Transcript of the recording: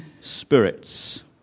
spirits